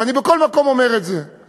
ואני אומר את זה בכל מקום.